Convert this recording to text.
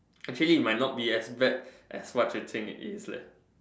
actually it might not be as bad as what you think it is leh